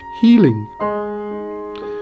Healing